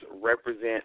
represent